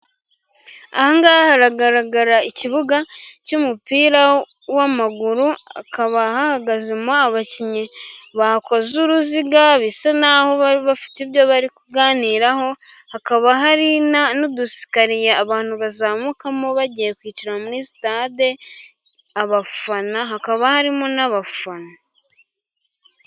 Ahangaha haragaragara ikibuga cy'umupira w'amaguru, hakaba hahagazemo abakinnyi bakoze uruziga bisa naho bafite ibyo bari kuganiraho, hakaba hari n'udusikariye abantu bazamukaho bagiye kwicara. Muri sitade hakaba harimo n'abafana.